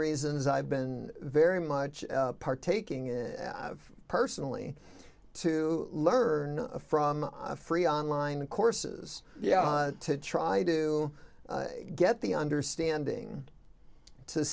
reasons i've been very much part taking it personally to learn from free online courses yeah to try to get the understanding to